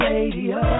Radio